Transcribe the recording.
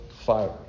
fire